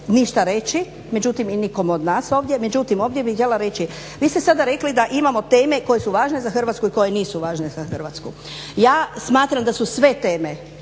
ništa reći i nikom od nas ovdje. Međutim, ovdje bih htjela reći vi ste sada rekli da imamo teme koje su važne za Hrvatsku i koje nisu važne za Hrvatsku. Ja smatram da su sve teme